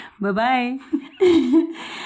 Bye-bye